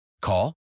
Call